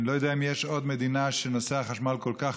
אני לא יודע אם יש עוד מדינה שנושא החשמל כל כך